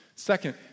Second